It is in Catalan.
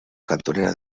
cantonera